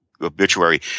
obituary